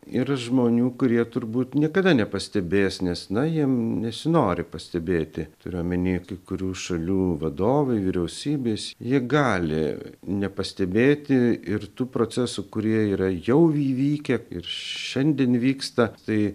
yra žmonių kurie turbūt niekada nepastebės nes na jiem nesinori pastebėti turiu omeny kai kurių šalių vadovai vyriausybės jie gali nepastebėti ir tų procesų kurie yra jau įvykę ir šiandien vyksta tai